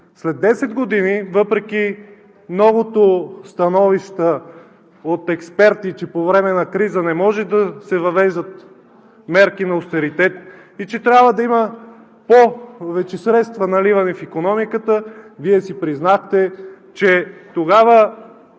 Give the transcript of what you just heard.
След 10 години, въпреки много становища от експерти, че по време на криза не може да се въвеждат мерки на остеритет и че трябва да има повече средства, наливани в икономиката, Вие си признахте, че тогава